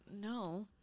no